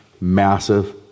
massive